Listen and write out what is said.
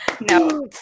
No